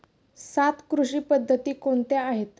सात कृषी पद्धती कोणत्या आहेत?